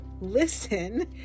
listen